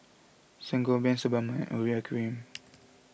Sangobion Sebamed and Urea Cream